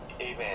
Amen